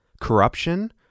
Corruption